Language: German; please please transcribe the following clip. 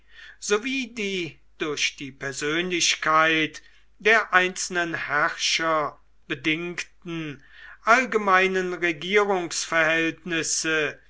sowie die durch die persönlichkeit der einzelnen herrscher bedingten allgemeinen